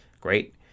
great